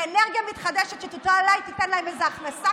מאנרגיה מתחדשת שאולי תיתן להם איזו הכנסה